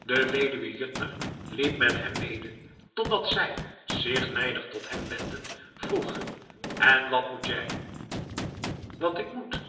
de weduwe juttner liep met hem mede totdat hij zich nijdig tot haar wendend vroeg en wat moet jij wat ik moet